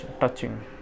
touching